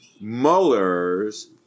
Mueller's